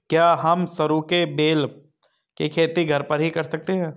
क्या हम सरू के बेल की खेती घर पर ही कर सकते हैं?